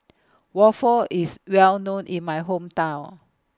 Waffle IS Well known in My Hometown